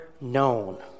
known